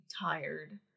tired